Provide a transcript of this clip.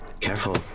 Careful